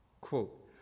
Quote